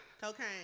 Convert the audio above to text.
Cocaine